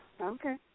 Okay